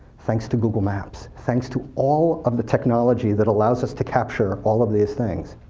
thanks to google maps, thanks to all of the technology that allows us to capture all of these things,